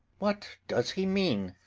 what does he mean?